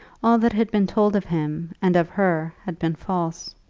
all that had been told of him and of her had been false.